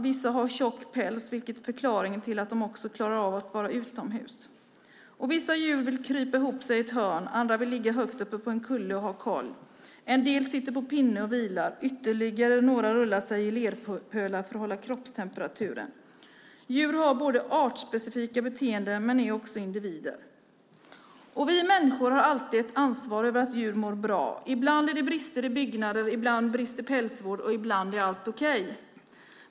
Vissa har tjock päls, vilket är förklaringen till att de också klarar av att vara utomhus. Vissa djur vill krypa ihop i ett hörn. Andra vill ligga högt uppe på en kulle och ha koll. En del sitter på pinne och vilar. Ytterligare några rullar sig i lerpölar för att hålla kroppstemperaturen. Djur har artspecifika beteenden men är också individer. Vi människor har alltid ett ansvar för att djur mår bra. Ibland är det brister när det gäller byggnader, ibland brister pälsvård och ibland är allt okej.